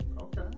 Okay